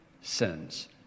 sins